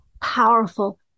powerful